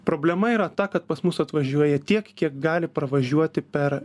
problema yra ta kad pas mus atvažiuoja tiek kiek gali pravažiuoti per